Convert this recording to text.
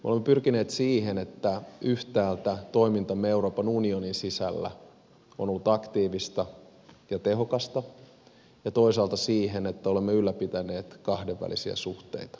olemme pyrkineet siihen että yhtäältä toimintamme euroopan unionin sisällä on ollut aktiivista ja tehokasta ja toisaalta siihen että olemme ylläpitäneet kahdenvälisiä suhteita